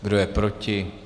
Kdo je proti?